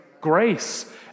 Grace